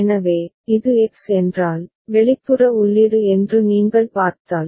எனவே இது எக்ஸ் என்றால் வெளிப்புற உள்ளீடு என்று நீங்கள் பார்த்தால்